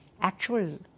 actual